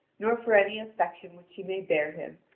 nor for any affection which she may bear him,